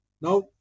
now